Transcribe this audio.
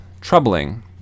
troubling